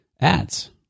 ads